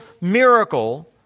miracle